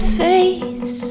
face